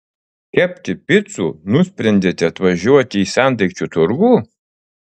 kepti picų nusprendėte atvažiuoti į sendaikčių turgų